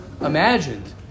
imagined